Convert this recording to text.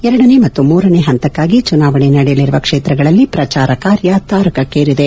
ಎರಡನೇ ಮತ್ತು ಮೂರನೇ ಪಂತಕ್ಕಾಗಿ ಚುನಾವಣೆ ನಡೆಯಲಿರುವ ಕ್ಷೇತ್ರಗಳಲ್ಲಿ ಪ್ರಚಾರ ಕಾರ್ಯ ತಾರಕಕ್ಕೇರಿದೆ